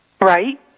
Right